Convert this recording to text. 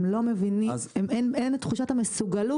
הם לא מבינים, אין את תחושת המסוגלות